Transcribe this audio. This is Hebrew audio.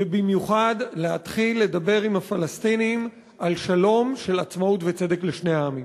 ובמיוחד להתחיל לדבר עם הפלסטינים על שלום של עצמאות וצדק לשני העמים.